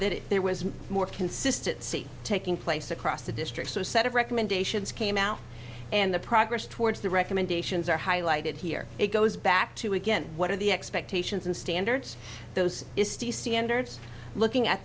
that there was more consistency taking place across the district so a set of recommendations came out and the progress towards the recommendations are highlighted here it goes back to again what are the expectations and standards those looking at